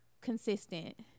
consistent